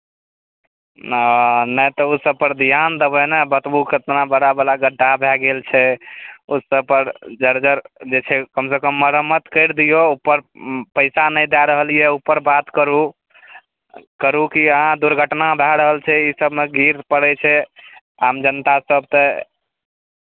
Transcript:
हँ नहि तऽ ओसभ पर ध्यान देबै ने बतबू कतना बड़ा बड़ा गड्डा भए गेल छै ओसभ पर जर्जर जे छै कमसँ कम मरम्मत करि दियौ उपर पैसा नहि दए रहल यए उपर बात करू करू की अहाँ दुर्घटना भए रहल छै ईसभमे गिर पड़ै छै आम जनतासभ तऽ